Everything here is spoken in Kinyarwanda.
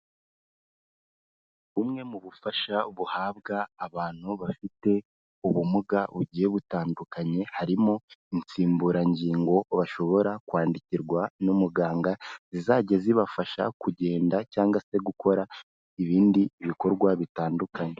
Bumwe mu bufasha buhabwa abantu bafite ubumuga bugiye butandukanye, harimo insimburangingo bashobora kwandikirwa n'umuganga, zizajya zibafasha kugenda cyangwa se gukora ibindi bikorwa bitandukanye.